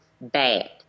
bad